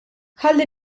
ħalli